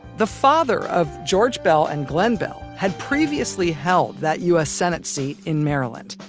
the father of george beall and glenn beall had previously held that u s. senate seat in maryland.